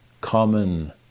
common